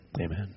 amen